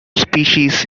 species